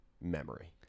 memory